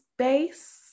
space